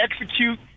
execute